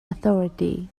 authority